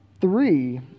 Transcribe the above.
Three